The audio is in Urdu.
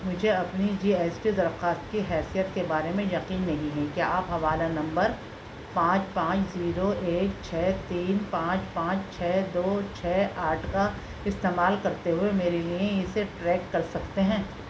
مجھے اپنی جی ایس ٹی درخواست کی حیثیت کے بارے میں یقین نہیں ہے کیا آپ حوالہ نمبر پانچ پانچ زیرو ایک چھ تین پانچ پانچ چھ دو چھ آٹھ کا استعمال کرتے ہوئے میرے لیے اسے ٹریک کر سکتے ہیں